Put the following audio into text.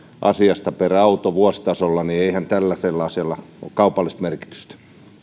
asiasta per auto vuositasolla niin eihän tällaisella ole kaupallista merkitystä